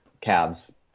calves